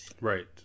Right